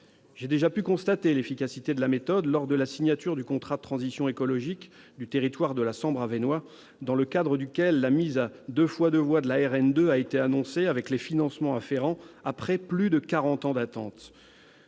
J'ai déjà pu constater l'efficacité de la méthode lors de la signature du contrat de transition écologique du territoire de la Sambre-Avesnois, dans le cadre duquel la mise à 2x2 voies de la RN 2 a été annoncée, avec les financements afférents, après plus de quarante ans d'attente.